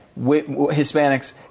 Hispanics